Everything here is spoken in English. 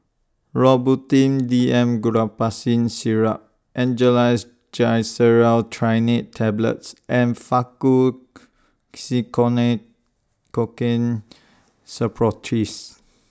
Robitussin D M Guaiphenesin Syrup Angised Glyceryl Trinitrate Tablets and Faktu Cinchocaine Suppositories